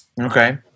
Okay